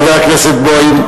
חבר הכנסת בוים,